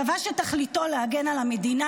צבא שתכליתו להגן על המדינה,